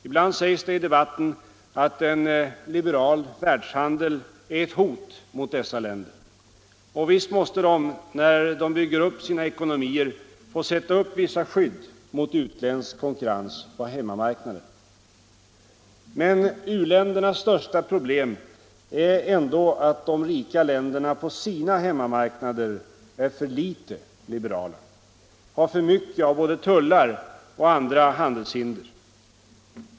Ibland sägs det i debatten att en liberal världshandel är ett hot mot dessa länder. Och visst måste de, när de bygger upp sina ekonomier, få sätta upp vissa skydd mot utländsk konkurrens på hemmamarknaden. Men u-ländernas största problem är ändå att de rika länderna på sina hemmamarknader är för lite liberala, har för mycket av både tullar och andra handelshinder.